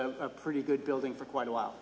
a pretty good building for quite a while